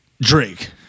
Drake